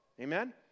amen